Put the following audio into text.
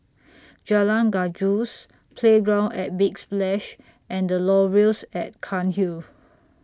Jalan Gajus Playground At Big Splash and The Laurels At Cairnhill